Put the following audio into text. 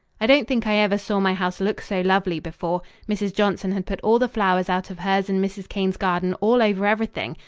i don't think i ever saw my house look so lovely before. mrs. johnson had put all the flowers out of hers and mrs. cain's garden all over everything,